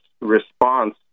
response